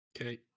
Okay